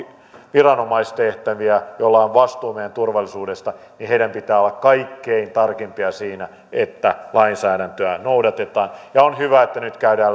viranomaistehtäviä ja joilla on vastuu meidän turvallisuudesta pitää olla kaikkein tarkimpia siinä että lainsäädäntöä noudatetaan on hyvä että nyt käydään